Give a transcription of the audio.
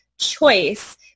choice